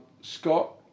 Scott